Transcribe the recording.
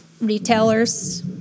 retailers